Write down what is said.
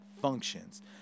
functions